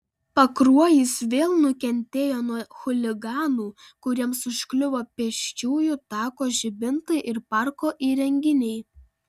pakruojis vėl nukentėjo nuo chuliganų kuriems užkliuvo pėsčiųjų tako žibintai ir parko įrenginiai